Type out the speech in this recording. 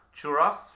churros